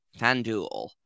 FanDuel